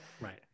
right